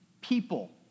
people